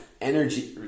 energy